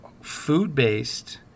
food-based